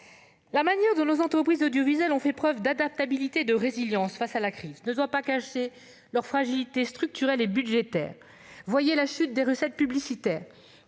La manière dont nos entreprises audiovisuelles ont fait preuve d'adaptabilité et de résilience face à la crise ne doit pas cacher leur fragilité structurelle et budgétaire. Voyez la chute des recettes publicitaires